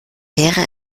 wäre